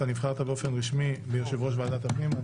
אתה נבחרת באופן רשמי להיות יושב-ראש ועדת הפנים.